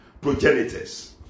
progenitors